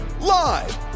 Live